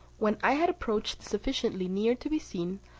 when i had approached sufficiently near to be seen,